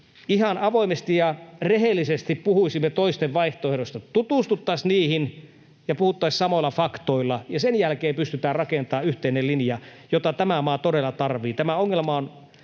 ihan avoimesti ja rehellisesti puhuisimme toisten vaihtoehdoista, tutustuisimme niihin ja puhuisimme samoilla faktoilla, jonka jälkeen pystytään rakentamaan yhteinen linja, jota tämä maa todella tarvitsee.